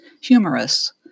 Humorous